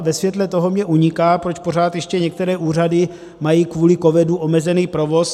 Ve světle toho mně uniká, proč pořád ještě některé úřady mají kvůli covidu omezený provoz.